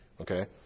Okay